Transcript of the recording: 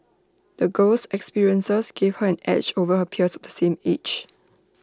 the girl's experiences gave her an edge over her peers of the same age